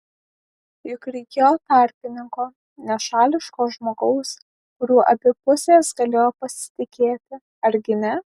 juk reikėjo tarpininko nešališko žmogaus kuriuo abi pusės galėjo pasitikėti argi ne